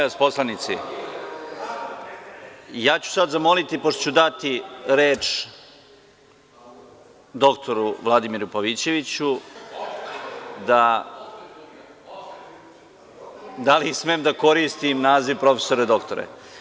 Ja ću sada zamoliti, pošto ću dati reč doktoru Vladimiru Pavićeviću, da li smem da koristim naziv – profesore doktore?